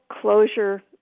closure